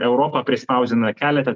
europa prispausdino keletą